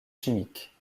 chimiques